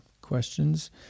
questions